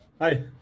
hi